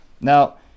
Now